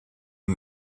nur